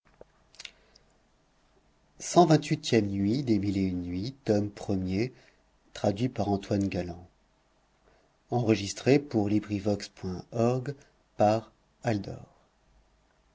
l nuit li nuit